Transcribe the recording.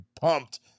pumped